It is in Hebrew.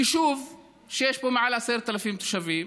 יישוב שיש בו מעל 10,000 תושבים.